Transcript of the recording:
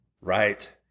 right